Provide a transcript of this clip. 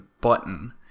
button